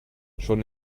schon